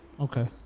Okay